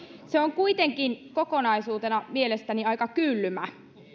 se on kuitenkin kokonaisuutena mielestäni aika kylmä